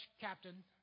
Captain